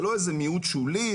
זה לא איזה מיעוט שולי,